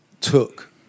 took